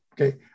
okay